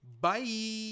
Bye